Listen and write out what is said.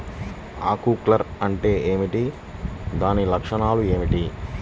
ఆకు కర్ల్ అంటే ఏమిటి? దాని లక్షణాలు ఏమిటి?